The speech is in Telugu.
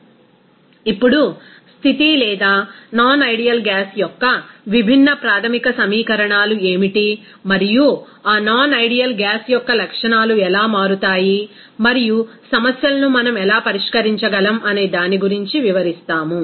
రిఫర్ స్లయిడ్ టైం 0121 ఇప్పుడు స్థితి లేదా నాన్ ఐడియల్ గ్యాస్ యొక్క విభిన్న ప్రాథమిక సమీకరణాలు ఏమిటి మరియు ఆ నాన్ ఐడియల్ గ్యాస్ యొక్క లక్షణాలు ఎలా మారుతాయి మరియు సమస్యలను మనం ఎలా పరిష్కరించగలం అనే దాని గురించి వివరిస్తాము